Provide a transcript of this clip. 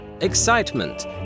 excitement